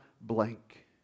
blank